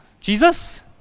Jesus